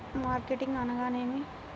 Marketing అనగానేమి?